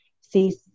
see